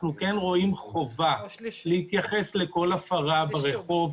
אנחנו כן רואים חובה להתייחס לכל הפרה ברחוב,